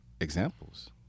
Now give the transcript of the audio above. examples